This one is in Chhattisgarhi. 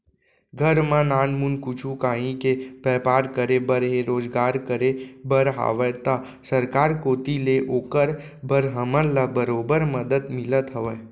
घर म नानमुन कुछु काहीं के बैपार करे बर हे रोजगार करे बर हावय त सरकार कोती ले ओकर बर हमन ल बरोबर मदद मिलत हवय